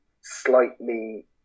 slightly